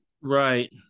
Right